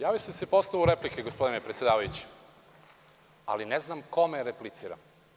Javio sam se posle u replici gospodine predsedavajući, ali ne znam kome repliciram.